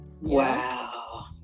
Wow